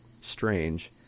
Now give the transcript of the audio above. strange